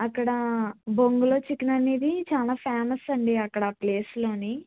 అక్కడా బొంగులో చికెన్ అనేది చాలా ఫేమస్ అండి అక్కడ ప్లేస్లోని